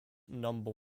number